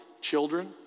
children